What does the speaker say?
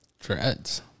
Dreads